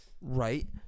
right